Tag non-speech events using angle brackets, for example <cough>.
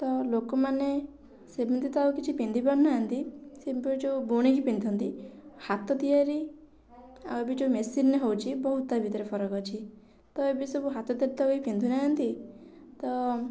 ତ ଲୋକମାନେ ସେମିତି ତ ଆଉ କିଛି ପିନ୍ଧି ପାରୁନାହାଁନ୍ତି <unintelligible> ଯେଉଁ ବୁଣିକି ପିନ୍ଧନ୍ତି ହାତ ତିଆରି ଆଉ ବି ଯେଉଁ ମେସିନ୍ରେ ହଉଛି ବହୁତ ତା ଭିତରେ ଫରକ ଅଛି ତ ଏବେ ସବୁ ହାତ ତିଆରି ତ କେହି ପିନ୍ଧୁ ନାହାଁନ୍ତି ତ